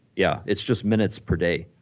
yeah it's just minutes per day,